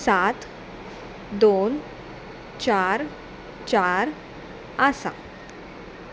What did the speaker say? सात दोन चार चार आसा